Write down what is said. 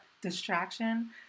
distraction